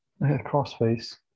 crossface